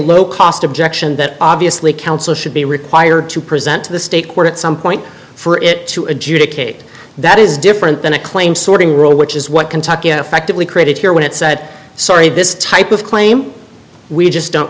low cost objection that obviously counsel should be required to present to the state court at some point for it to adjudicate that is different than a claim sorting rule which is what kentucky effectively created here when it said sorry this type of claim we just don't